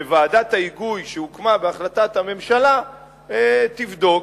וועדת ההיגוי שהוקמה בהחלטת הממשלה תבדוק.